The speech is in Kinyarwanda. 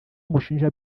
amushinja